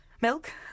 Milk